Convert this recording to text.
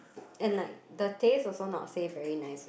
and like the taste also not say very nice also